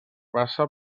passa